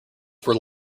were